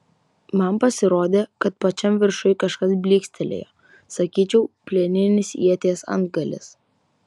man pasirodė kad pačiam viršuj kažkas blykstelėjo sakyčiau plieninis ieties antgalis